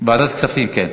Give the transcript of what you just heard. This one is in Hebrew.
ועדת הכספים, כן.